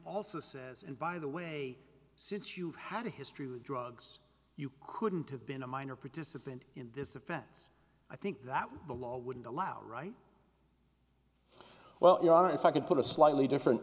also says and by the way since you had a history with drugs you couldn't have been a minor participant in this offense i think that the law wouldn't allow right well if i could put a slightly different